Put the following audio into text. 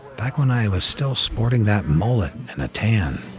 back when i was still sporting that mullet and a tan.